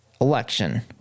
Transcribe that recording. Election